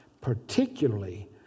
particularly